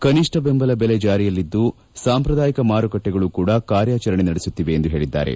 ಕನಿಷ್ಣ ಬೆಂಬಲ ಬೆಲೆ ಜಾರಿಯಲ್ಲಿದ್ದು ಸಾಂಪ್ರದಾಯಿಕ ಮಾರುಕಟ್ಟೆಗಳೂ ಕೂಡ ಕಾರ್ಯಾಚರಣೆ ನಡೆಸುತ್ತಿವೆ ಎಂದು ಹೇಳಿದ್ದಾರೆ